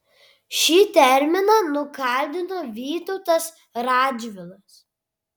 šį terminą nukaldino vytautas radžvilas